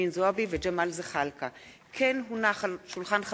הממשלתיות (תיקון, סמכות להחלטה